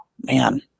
man –